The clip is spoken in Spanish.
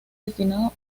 destinado